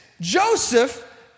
Joseph